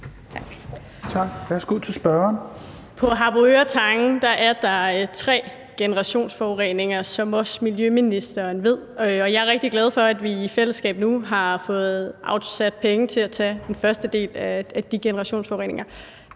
På Harboøre Tange er der tre generationsforureninger, som miljøministeren også ved. Og jeg er rigtig glad for, at vi i fællesskab nu har fået afsat penge til at tage den første del af de generationsforureninger.